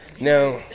now